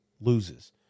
loses